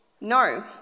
No